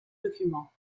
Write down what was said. documents